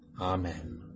Amen